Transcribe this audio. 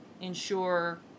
ensure